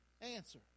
answer